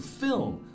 film